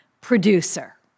producer